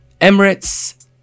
Emirates